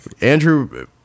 Andrew